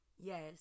Yes